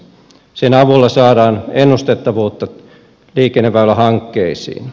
sen avulla saadaan ennustettavuutta liikenneväylähankkeisiin